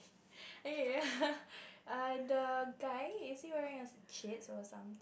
okau the guy is he wearing a shades or some